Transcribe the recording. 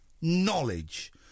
knowledge